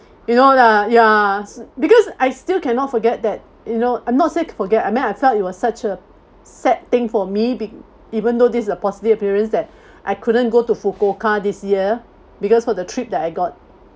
you know lah ya because I still cannot forget that you know uh not say forget I mean I felt it was such a sad thing for me being even though this is a positive experience that I couldn't go to fukuoka this year because for the trip that I got